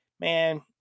man